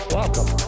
Welcome